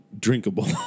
Drinkable